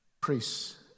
priests